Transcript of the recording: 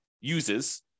uses